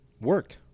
Work